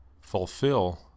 fulfill